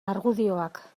argudioak